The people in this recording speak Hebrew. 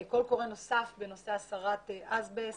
קול קורא נוסף בנושא הסרת אסבסט,